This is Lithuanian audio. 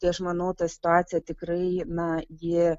tai aš manau ta situacija tikrai na ji